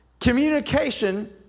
communication